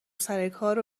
سرکار